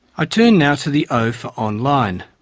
i turn now to the o for online.